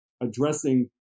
addressing